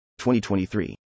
2023